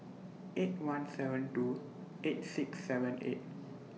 eight one seven two eight six seven eight